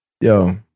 yo